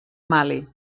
mali